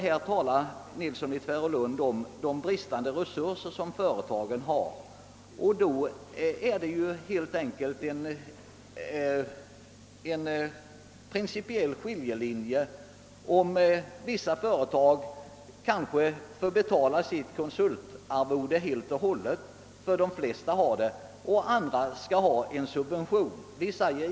Herr Nilsson i Tvärålund har talat om företagens bristande resurser. Det går här en principiell skiljelinje. Vissa företag får helt och hållet betala sitt konsultarvode, medan andra skulle erhålla en subvention för detta ändamål.